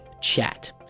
chat